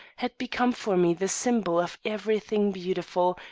had become for me the symbol of everything beautiful,